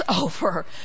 over